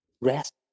rest